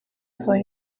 for